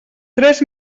tres